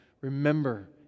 Remember